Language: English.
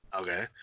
Okay